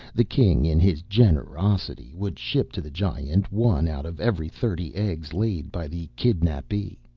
the king, in his generosity, would ship to the giant one out of every thirty eggs laid by the kidnappee.